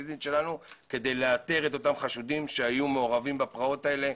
כדי לאתר את אותם חשודים שהיו מעורבים בפרעות האלה,